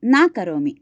न करोमि